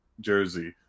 jersey